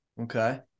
Okay